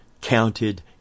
counted